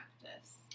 practice